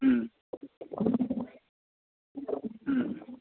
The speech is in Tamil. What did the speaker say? ம் ம்